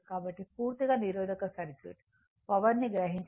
కాబట్టి పూర్తిగా నిరోధక సర్క్యూట్ పవర్ని గ్రహించడం అంటే అది v I